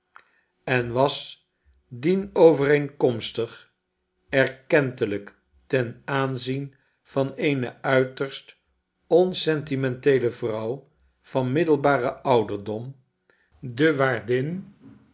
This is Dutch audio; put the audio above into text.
en was dienovereenkomstig erkentelijk ten aanzien van eene uiterst on sentimenteele vrouw vanmiddelbaren ouderdom de waardin